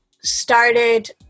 started